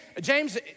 James